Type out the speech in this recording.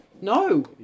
No